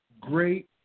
great